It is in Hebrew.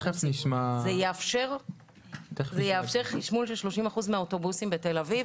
זה יאפשר חשמול של 30% מהאוטובוסים בתל אביב.